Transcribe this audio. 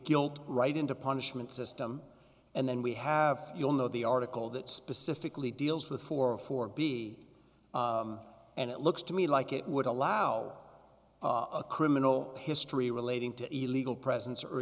guilt right into punishment system and then we have you'll know the article that specifically deals with four or four b and it looks to me like it would allow a criminal history relating to the legal presen